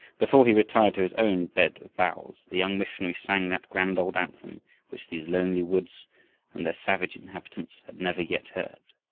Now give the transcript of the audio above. before he retired to his own bed of boughs, the young missionary sang that grand old anthem which these lonely woods and their savage inhabitants had never yet heard